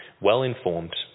well-informed